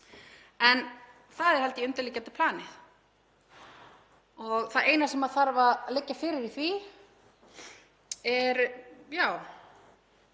En það er, held ég, undirliggjandi planið og það eina sem þarf að liggja fyrir í því er, já,